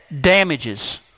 damages